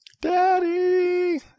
Daddy